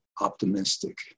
optimistic